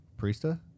Priesta